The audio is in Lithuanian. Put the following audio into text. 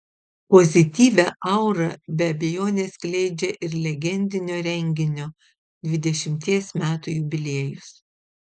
pozityvią aurą be abejonės skleidžia ir legendinio renginio dvidešimties metų jubiliejus